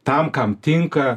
tam kam tinka